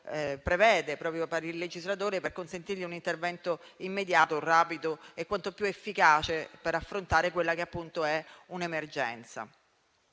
prevede per consentire al legislatore un intervento immediato, rapido e quanto più efficace per affrontare quella che appunto è un'emergenza.